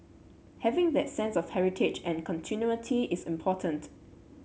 having that sense of heritage and continuity is important